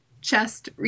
chest